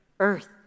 Earth